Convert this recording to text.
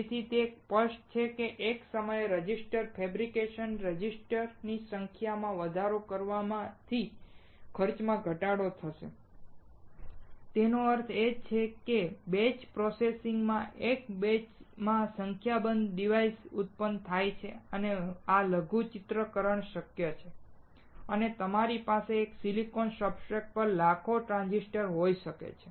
તેથી તે સ્પષ્ટ છે કે એક સમયે રેઝિસ્ટર ફેબ્રિકેશન રજિસ્ટરની સંખ્યામાં વધારો કરવાથી ખર્ચમાં ઘટાડો થશે તેનો અર્થ એ કે બેચ પ્રોસેસિંગમાં એક બેચ માં સંખ્યાબંધ ડિવાઇસીસ ઉત્પન્ન થાય છે અને આ લઘુચિત્રકરણ શક્ય છે અને તમારી પાસે એક સિલિકોન સબસ્ટ્રેટ પર લાખો ટ્રાંઝિસ્ટર હોઈ શકે છે